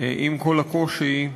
עם כל הקושי,